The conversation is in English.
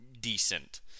decent